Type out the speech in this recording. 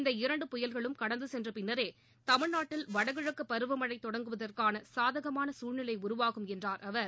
இந்த இரண்டு புயல்களும் கடந்து சென்ற பின்னரே தமிழ்நாட்டில் வடகிழக்கு பருவமழை தொடங்குவதற்கான சாதகமான சூழ்நிலை உருவாகும் என்றார் அவர்